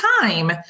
time